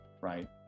Right